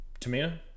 Tamina